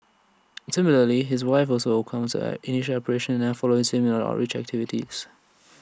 similarly his wife also A common side initial and follows him on outreach activities